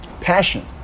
passion